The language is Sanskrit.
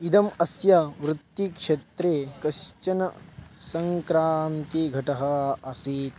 इदम् अस्य वृत्तिक्षेत्रे कश्चन सङ्क्रान्तिघटः आसीत्